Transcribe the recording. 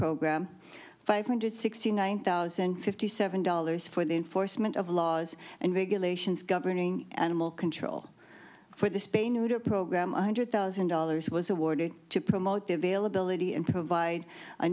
program five hundred sixty one thousand and fifty seven dollars for the enforcement of laws and regulations governing animal control for the spay neuter program one hundred thousand dollars was awarded to promote the availability and provide a